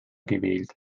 gewählt